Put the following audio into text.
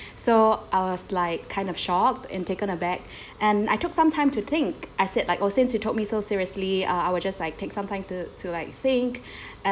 so I was like kind of shocked and taken aback and I took some time to think I said like oh since you told me so seriously uh I will just like take something to to like think